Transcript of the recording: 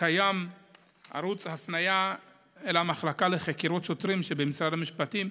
קיים ערוץ הפנייה אל המחלקה לחקירות שוטרים שבמשרד המשפטים,